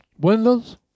windows